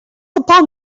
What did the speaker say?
upon